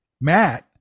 Matt